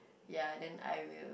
ya then I will